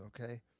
okay